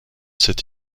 cette